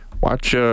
Watch